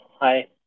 hi